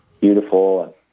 beautiful